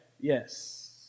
yes